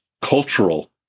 cultural